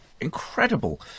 incredible